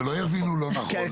שלא יבינו לא נכון.